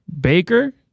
Baker